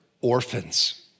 orphans